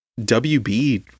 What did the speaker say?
wb